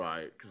Right